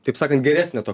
taip sakant geresnio to